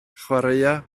chwaraea